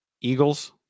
Eagles